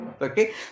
Okay